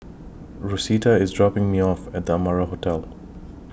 Rosita IS dropping Me off At The Amara Hotel